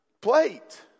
plate